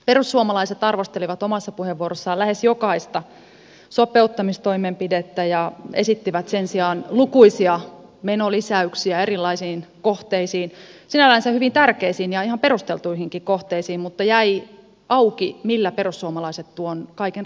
perussuomalaiset arvostelivat omassa puheenvuorossaan lähes jokaista sopeuttamistoimenpidettä ja esittivät sen sijaan lukuisia menolisäyksiä erilaisiin kohteisiin sinällänsä hyvin tärkeisiin ja ihan perusteltuihinkin kohteisiin mutta jäi auki millä perussuomalaiset tuon kaiken rahoittaisivat